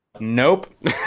nope